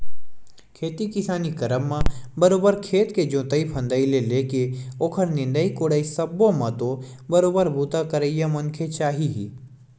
खेती किसानी करब म बरोबर खेत के जोंतई फंदई ले लेके ओखर निंदई कोड़ई सब्बो म तो बरोबर बूता करइया मनखे चाही ही